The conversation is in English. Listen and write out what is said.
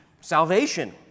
salvation